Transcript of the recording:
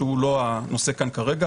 שהוא לא הנושא כאן כרגע.